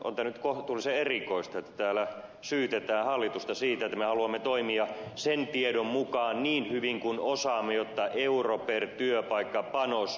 on tämä nyt kohtuullisen erikoista että täällä syytetään hallitusta siitä että me haluamme toimia sen tiedon mukaan niin hyvin kuin osaamme jotta euro per työpaikka panos on maksimaalisessa käytössä